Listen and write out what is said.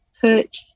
put